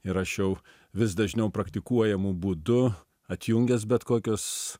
ir aš jau vis dažniau praktikuojamu būdu atjungęs bet kokius